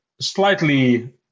slightly